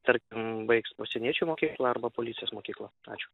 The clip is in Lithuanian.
tarkim baigs pasieniečių mokyklą arba policijos mokyklą ačiū